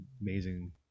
amazing